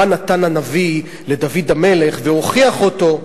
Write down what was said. בא נתן הנביא לדוד המלך והוכיח אותו,